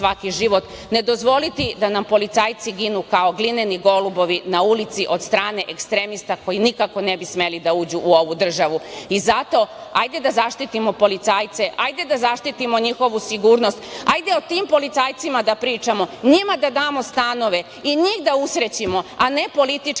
Ne dozvoliti da nam policajci ginu kao glineni golubovi na ulici od strane ekstremista koji nikako ne bi smeli da uđu u ovu državu. Zato hajde da zaštitimo policajce, hajde da zaštitimo njihovu sigurnost, hajde o tim policajcima da pričamo, njima da damo stanove i njih da usrećimo, a ne političke